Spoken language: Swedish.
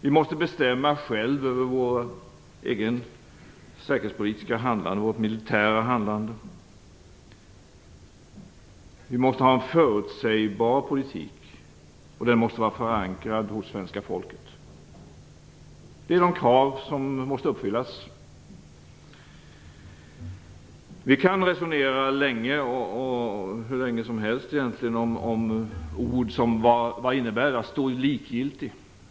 Vi måste själva bestämma över vårt eget säkerhetspolitiska handlande och vårt militära handlande. Vi måste ha en förutsägbar politik, som måste vara förankrad hos svenska folket. Det här är krav som måste uppfyllas. Vi kan resonera egentligen hur länge som helst om vad ord innebär. Vad innebär t.ex. att stå likgiltig?